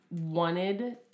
wanted